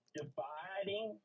dividing